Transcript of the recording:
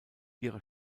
ihrer